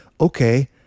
okay